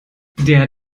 der